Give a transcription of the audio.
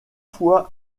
fois